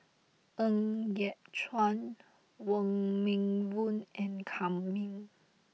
Ng Yat Chuan Wong Meng Voon and Kam Ning